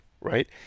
right